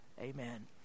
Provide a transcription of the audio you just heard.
amen